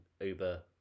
uber